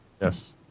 yes